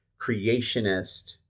creationist